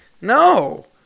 No